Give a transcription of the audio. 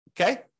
okay